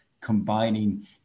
combining